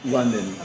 London